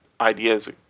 ideas